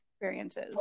experiences